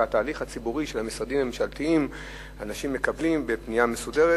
את התהליך הציבורי של המשרדים הממשלתיים אנשים מקבלים בפנייה מסודרת.